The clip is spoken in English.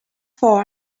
far